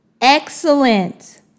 Excellent